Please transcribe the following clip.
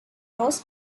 ross